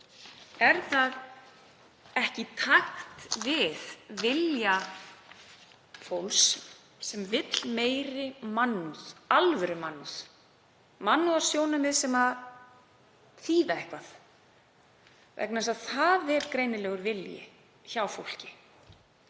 er ekki í takt við vilja fólks sem vill meiri mannúð, alvörumannúð, mannúðarsjónarmið sem þýða eitthvað vegna þess að það er greinilegur vilji til